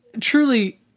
truly